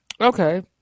okay